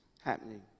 happening